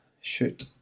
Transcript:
Shoot